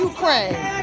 Ukraine